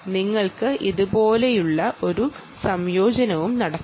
നിങ്ങൾക്ക് ഇതുപോലുള്ള ഒരു കോംബിനേഷനും നടത്താം